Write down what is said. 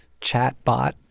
chatbot